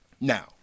Now